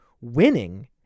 winning